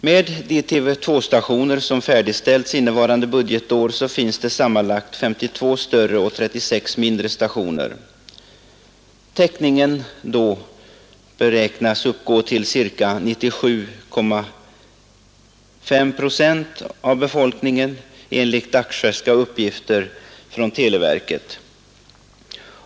Med de TV 2-stationer som färdigställts innevarande budgetår finns sammanlagt 52 större och 36 mindre stationer. Mottagningsmöjligheter beräknas då erhållas för ca 97,5 procent av befolkningen enligt dagsfärska uppgifter från televerket.